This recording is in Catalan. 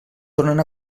tornen